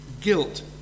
guilt